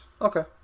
Okay